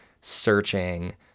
searching